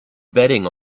betting